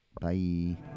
Bye